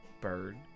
Bird